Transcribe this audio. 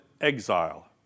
exile